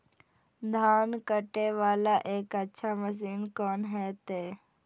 धान कटे वाला एक अच्छा मशीन कोन है ते?